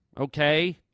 okay